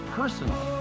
personal